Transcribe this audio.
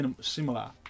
similar